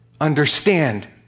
understand